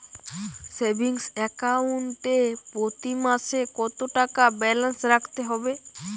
Savings account এ প্রতি মাসে কতো টাকা ব্যালান্স রাখতে হবে?